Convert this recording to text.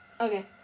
Okay